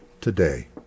today